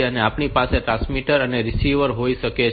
તો આપણી પાસે ટ્રાન્સમીટર અને રીસીવર હોઈ શકે છે